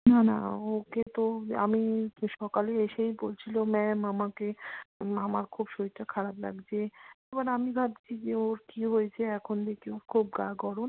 না না ওকে তো আমি সকালে এসেই বলছিল ম্যাম আমাকে আমার খুব শরীরটা খারাপ লাগছে এবার আমি ভাবছি যে ওর কী হয়েছে এখন দেখি ওর খুব গা গরম